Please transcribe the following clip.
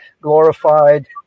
glorified